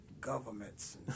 governments